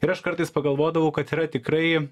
ir aš kartais pagalvodavau kad yra tikrai